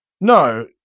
No